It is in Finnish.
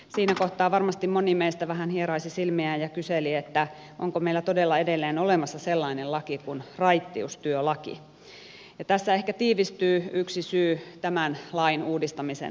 siinä kohtaa varmasti moni meistä vähän hieraisi silmiään ja kyseli onko meillä todella edelleen olemassa sellainen laki kuin raittiustyölaki ja tässä ehkä tiivistyy yksi syy tämän lain uudistamisen tarpeeseen